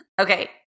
okay